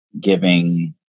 giving